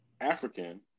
African